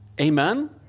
Amen